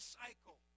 cycle